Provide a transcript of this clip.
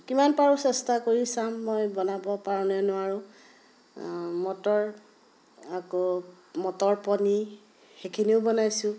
কিমান পাৰোঁ চেষ্টা কৰি চাম মই বনাব পাৰোঁনে নোৱাৰোঁ মটৰ আকৌ মটৰ পনীৰ সেইখিনিও বনাইছোঁ